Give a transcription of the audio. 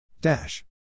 Dash